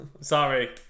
Sorry